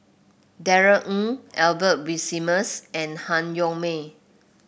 Darrell Ang Albert Winsemius and Han Yong May